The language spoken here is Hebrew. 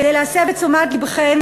כדי להסב את תשומת לבכם,